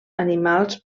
animals